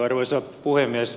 arvoisa puhemies